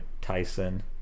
Tyson